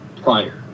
prior